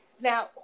Now